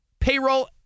payroll